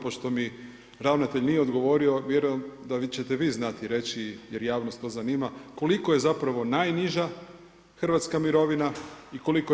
Pošto mi ravnatelj nije odgovorio vjerujem da ćete vi znati reći jer javnost to zanima koliko je zapravo najniža hrvatska mirovina i koliko je